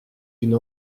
une